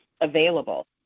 available